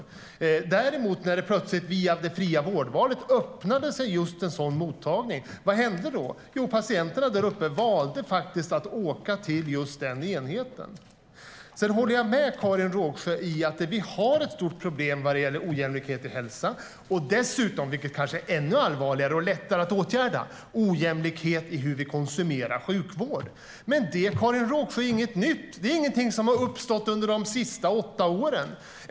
Men vad hände när det plötsligt, via det fria vårdvalet, öppnades just en privat mottagning? Jo, patienterna där uppe valde faktiskt att åka till just den enheten. Sedan håller jag med Karin Rågsjö om att vi har ett stort problem vad gäller ojämlikhet i hälsa. Dessutom, vilket kanske är ännu allvarligare och lättare att åtgärda, har vi ojämlikhet i hur vi konsumerar sjukvård. Det är dock inget nytt, Karin Rågsjö. Det är inget som har uppstått under de senaste åtta åren.